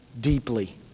deeply